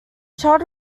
child